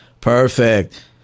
Perfect